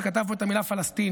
שכתב פה את המילה "פלסטינים".